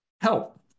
help